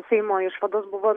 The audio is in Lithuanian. seimo išvados buvo